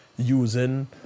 using